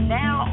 now